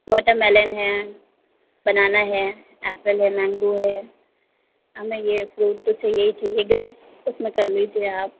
watermelon है banana है apple है मैंगो है हमें ये फ्रूट तो चाहिए ही चाहिए ग्रेप उसमें कर दीजिए आप